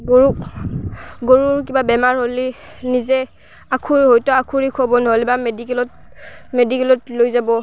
গৰুক গৰুৰ কিবা বেমাৰ হ'লে নিজে আখুৰ হয়তো আখুৰি খোৱাব নহ'লে বা মেডিকেলত মেডিকেলত লৈ যাব